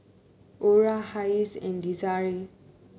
Ora Hayes and Desirae